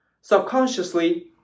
Subconsciously